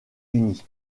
unis